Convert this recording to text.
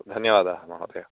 धन्यवादाः महोदय